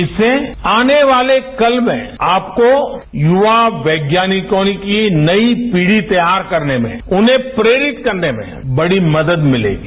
इससे आने वाले कल में आपको युवा वैज्ञानिकों की नई पीढ़ी तैयार करने में उन्हें प्रेरित करने में बड़ी मदद मिलेगी